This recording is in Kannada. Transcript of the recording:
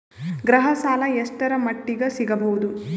ಗೃಹ ಸಾಲ ಎಷ್ಟರ ಮಟ್ಟಿಗ ಸಿಗಬಹುದು?